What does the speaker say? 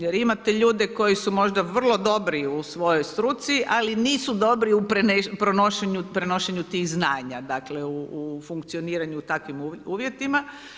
Jer imate ljudi koji su možda vrlo dobri u svojoj struci ali nisu dobri u prenošenju tih znanja, dakle u funkcioniranju u takvim uvjetima.